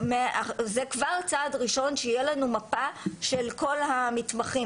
זה כבר צעד ראשון שיהיה לנו מפה של כל המתמחים.